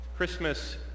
Christmas